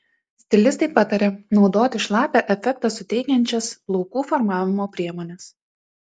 stilistai pataria naudoti šlapią efektą suteikiančias plaukų formavimo priemones